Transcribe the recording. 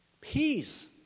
peace